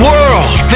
World